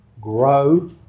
grow